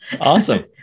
Awesome